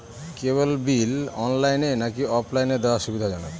কেবল bill অনলাইনে নাকি অফলাইনে দেওয়া সুবিধাজনক?